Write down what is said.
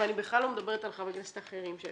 ואני בכלל לא מדברת על חברי כנסת אחרים.